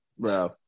Bro